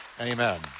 Amen